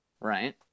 right